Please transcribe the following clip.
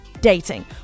dating